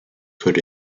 could